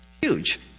huge